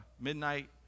midnight